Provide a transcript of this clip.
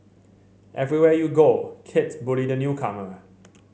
everywhere you go kids bully the newcomer